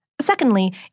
Secondly